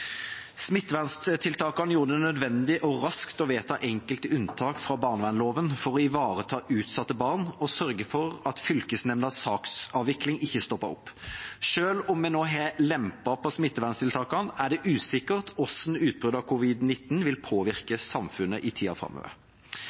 gjorde det nødvendig raskt å vedta enkelte unntak fra barnevernsloven for å ivareta utsatte barn og sørge for at fylkesnemndas saksavvikling ikke stoppet opp. Selv om vi nå har lempet på smitteverntiltakene, er det usikkert hvordan utbruddet av covid-19 vil påvirke samfunnet i tida framover.